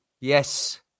Yes